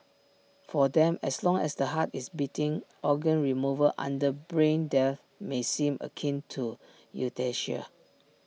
for them as long as the heart is beating organ removal under brain death may seem akin to euthanasia